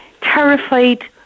terrified